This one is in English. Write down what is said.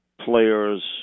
players